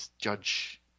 Judge